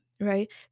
right